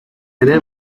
ere